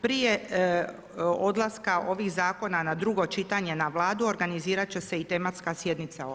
Prije odlaska ovih zakona na drugo čitanje na Vladu, organizirat će se i tematska sjednica odbora.